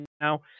now